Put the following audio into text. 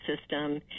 system